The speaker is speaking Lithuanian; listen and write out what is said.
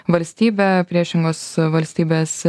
valstybę priešingos valstybės